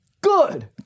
Good